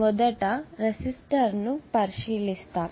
మొదట రెసిస్టర్ ను పరిశీలిస్తాము